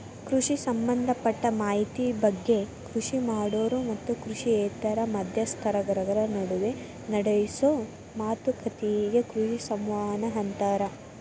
ಕೃಷಿ ಸಂಭದಪಟ್ಟ ಮಾಹಿತಿ ಬಗ್ಗೆ ಕೃಷಿ ಮಾಡೋರು ಮತ್ತು ಕೃಷಿಯೇತರ ಮಧ್ಯಸ್ಥಗಾರರ ನಡುವ ನಡೆಸೋ ಮಾತುಕತಿಗೆ ಕೃಷಿ ಸಂವಹನ ಅಂತಾರ